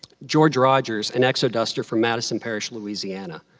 george rogers, an exoduster from madison parish, louisiana,